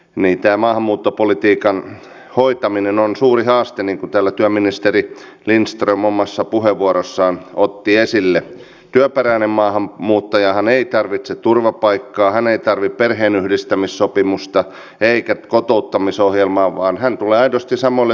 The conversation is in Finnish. mitään maahanmuuttopolitiikan hoitaminen on suuri haaste niin täällä työministeri lindström omassa puheenvuorossaan otti esille työperäinen maahan hokkuspokkustaikatemppuja ei siten ole odotettavissa vaan kovaa työtä jotta saamme suomen jälleen nousuun